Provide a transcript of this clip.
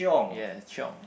yeah chiong